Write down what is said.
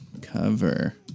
cover